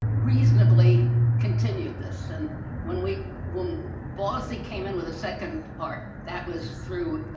reasonably continued this and when we will bossy came in with a second part that was through